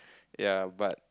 ya but